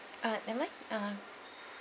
uh am I um